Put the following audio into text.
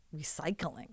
recycling